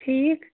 ٹھیٖک